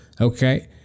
okay